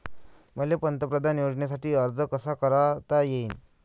मले पंतप्रधान योजनेसाठी अर्ज कसा कसा करता येईन?